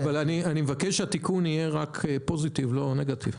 אני מבקש שהתיקון יהיה רק פוזיטיב, לא נגטיב.